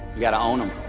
you've got to own them